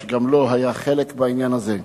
שגם לו היה חלק בעניין הזה.